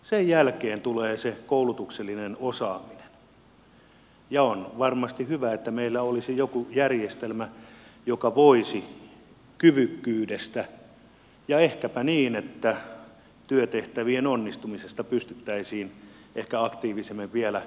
sen jälkeen tulee se koulutuksellinen osaaminen ja olisi varmasti hyvä että meillä olisi joku järjestelmä jolla pystyttäisiin kyvykkyydestä ja ehkäpä työtehtävien onnistumisesta ehkä aktiivisemmin vielä palkitsemaan